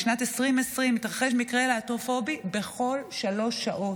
בשנת 2020 התרחש מקרה להט"בפובי בכל שלוש שעות.